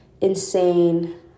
insane